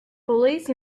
police